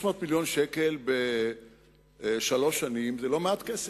600 מיליון שקל בשלוש שנים הם בהחלט לא מעט כסף,